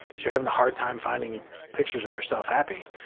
if you're having a hard time finding pictures of yourself happy,